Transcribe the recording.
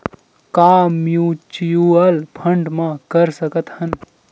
का mutual fund म कर सकत हन?